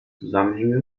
zusammenhänge